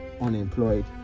unemployed